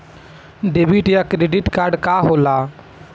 Debit या credit card का होला?